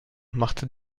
machte